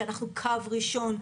שאנחנו קו ראשון,